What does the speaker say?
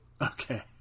Okay